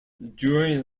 during